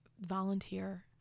volunteer